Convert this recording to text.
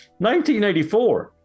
1984